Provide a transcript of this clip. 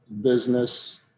business